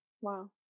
Wow